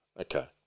Okay